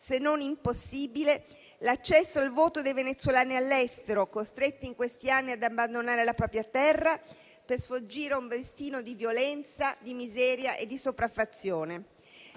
se non impossibile, l'accesso al voto dei venezuelani all'estero, costretti in questi anni ad abbandonare la propria terra per sfuggire a un destino di violenza, di miseria e di sopraffazione.